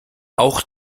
auch